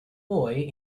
boy